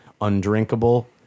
undrinkable